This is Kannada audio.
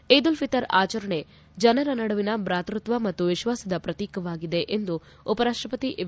ಈದ್ ಉಲ್ ಫಿತರ್ ಆಚರಣೆ ಜನರ ನಡುವಿನ ಭಾತೃತ್ವ ಮತ್ತು ವಿಶ್ವಾಸದ ಪ್ರತೀಕವಾಗಿದೆ ಎಂದು ಉಪರಾಷ್ಟಪತಿ ಎಂ